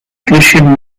christian